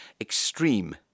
Extreme